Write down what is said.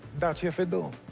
that your fiddle.